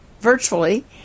virtually